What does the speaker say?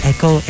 Echo